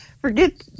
Forget